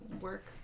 work